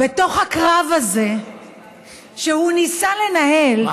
אבל על הדרך, בתוך הקרב הזה שהוא ניסה לנהל, מה?